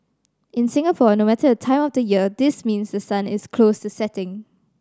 in Singapore no matter the time of the year this means the sun is close to setting